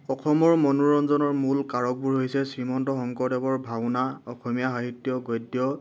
অসমৰ মনোৰঞ্জনৰ মূল কাৰকবোৰ হৈছে শ্ৰীমন্ত শংকৰদেৱৰ ভাওনা অসমীয়া সাহিত্য গদ্য